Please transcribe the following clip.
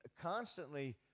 constantly